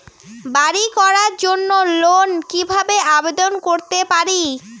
বাড়ি করার জন্য লোন কিভাবে আবেদন করতে পারি?